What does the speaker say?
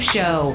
Show